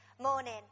morning